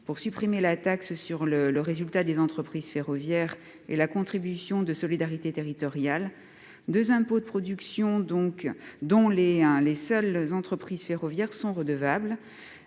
de supprimer la taxe sur le résultat des entreprises ferroviaires et la contribution de solidarité territoriale, des impôts de production dont les seules entreprises ferroviaires sont redevables.